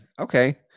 Okay